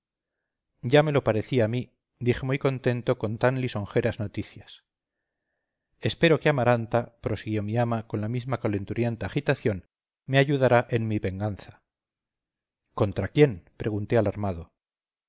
ya me lo parecía a mí dije muy contento por tan lisonjeras noticias espero que amaranta prosiguió mi ama con la misma calenturienta agitación me ayudará en mi venganza contra quién pregunté alarmado